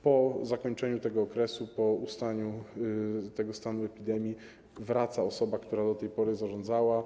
Po zakończeniu tego okresu, po ustaniu stanu epidemii wraca osoba, która do tej pory zarządzała.